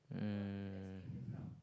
um